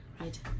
right